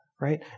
right